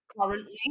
currently